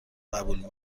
قبول